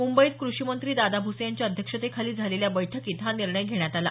मुंबईत कृषि मंत्री दादा भुसे यांच्या अध्यक्षतेखाली झालेल्या बैठकीत हा निर्णय घेण्यात आला